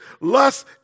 lust